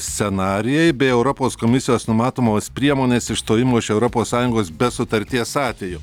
scenarijai bei europos komisijos numatomos priemonės išstojimo iš europos sąjungos be sutarties atveju